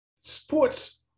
sports